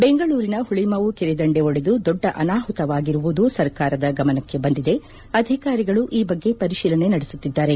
ದೆಂಗಳೂರಿನ ಹುಳಿಮಾವು ಕೆರೆ ದಂಡೆ ಒಡೆದು ದೊಡ್ಡ ಅನಾಹುತವಾಗಿರುವುದು ಸರ್ಕಾರದ ಗಮನಕ್ಕೆ ಬಂದಿದೆ ಅಧಿಕಾರಿಗಳು ಈ ಬಗ್ಗೆ ಪರಿಶೀಲನೆ ಮಾಡುತ್ತಿದ್ದಾರೆ